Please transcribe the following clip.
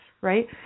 right